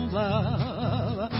love